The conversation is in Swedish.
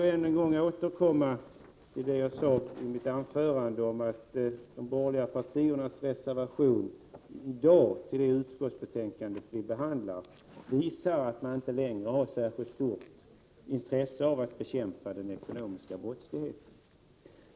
Sedan vill jag återkomma till det jag sade i mitt anförande om att de borgerliga partiernas reservation till det utskottsbetänkande vi behandlar i dag visar att de inte längre har särskilt stort intresse för att bekämpa den ekonomiska brottsligheten.